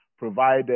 provide